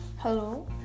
Hello